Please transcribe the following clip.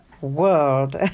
world